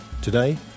Today